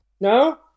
No